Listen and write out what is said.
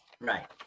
right